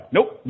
Nope